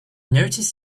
noticed